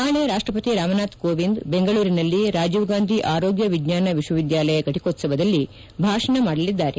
ನಾಳೆ ರಾಷ್ವಪತಿ ರಾಮನಾಥ್ ಕೋವಿಂದ್ ಬೆಂಗಳೂರಿನಲ್ಲಿ ರಾಜೀವ್ ಗಾಂಧಿ ಆರೋಗ್ಯ ವಿಜ್ಞಾನ ವಿಶ್ವವಿದ್ಯಾಲಯ ಘಟಕೋತ್ವವದಲ್ಲಿ ಭಾಷಣ ಮಾಡಲಿದ್ದಾರೆ